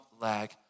lag